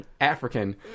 African